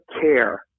care